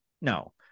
no